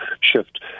shift